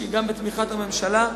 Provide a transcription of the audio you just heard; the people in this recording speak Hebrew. שהיא גם בתמיכת הממשלה,